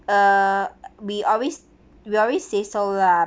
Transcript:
uh we always we always say so lah